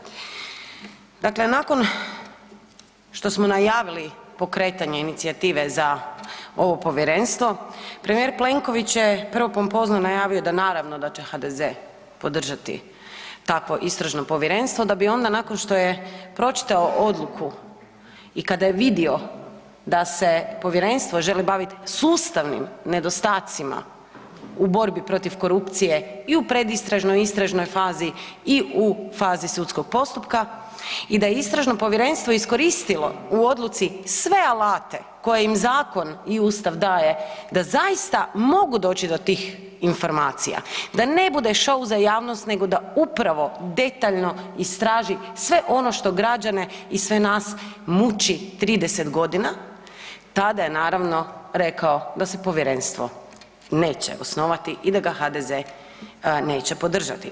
Dakle nakon što smo najavili pokretanje inicijative za ovo Povjerenstvo premijer Plenković je prvo pompozno najavio da naravno da će HDZ-e podržati takvo istražno povjerenstvo, da bi onda nakon što je pročitao odluku i kada je vidio da se povjerenstvo želi baviti sustavnim nedostacima u borbi protiv korupcije i u predistražnoj, i u istražnoj fazi, i u fazi sudskog postupka i da je istražno povjerenstvo iskoristilo u odluci sve alate koje im zakon i Ustav daje da zaista mogu doći do tih informacija da ne bude šou za javnost, nego da upravo detaljno istraži sve ono što građane i sve nas muči 30 godina, tada je naravno rekao da se Povjerenstvo neće osnovati i da ga HDZ-e neće podržati.